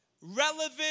relevant